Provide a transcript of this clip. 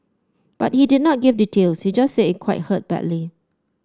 but he did not give details he just said it hurt quite badly